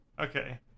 Okay